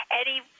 eddie